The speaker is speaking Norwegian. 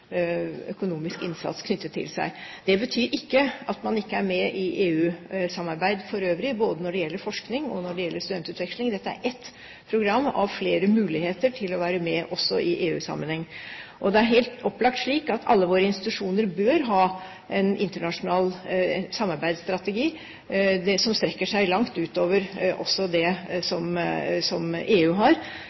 økonomisk innsats knyttet til seg. Det betyr ikke at man ikke er med i EU-samarbeid for øvrig, både når det gjelder forskning og når det gjelder studentutveksling. Dette er ett program, og det er flere muligheter til å være med også i EU-sammenheng. Og det er helt opplagt slik at alle våre institusjoner bør ha en internasjonal samarbeidsstrategi som strekker seg langt utover også det som EU har.